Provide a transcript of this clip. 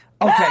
Okay